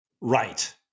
Right